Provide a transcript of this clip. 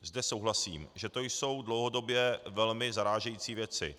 Zde souhlasím, že to jsou dlouhodobě velmi zarážející věci.